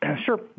Sure